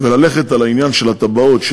וללכת על העניין של התב"עות,